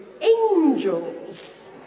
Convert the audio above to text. angels